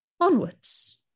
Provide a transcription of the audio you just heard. Onwards